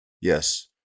Yes